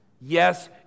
yes